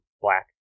black